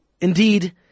indeed